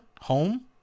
Home